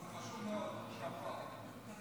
אני